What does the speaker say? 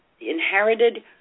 inherited